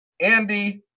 Andy